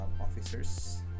officers